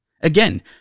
Again